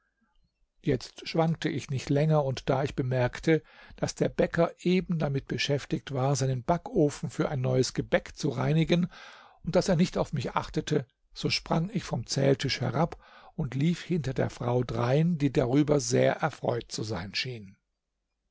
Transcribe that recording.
jetzt schwankte ich nicht länger und da ich bemerkte daß der bäcker eben damit beschäftigt war seinen backofen für ein neues gebäck zu reinigen und daß er nicht auf mich achtete so sprang ich vom zähltisch herab und lief hinter der frau drein die darüber sehr erfreut zu sein schien